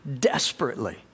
desperately